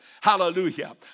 Hallelujah